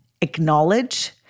acknowledge